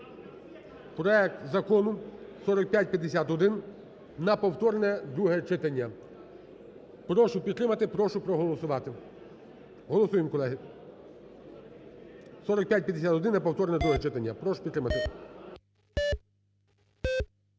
проект Закону 4551 на повторне друге читання. Прошу підтримати, прошу проголосувати. Голосуємо, колеги. 4551 – на повторне друге читання. Прошу підтримати.